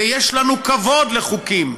ויש לנו כבוד לחוקים,